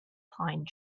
pine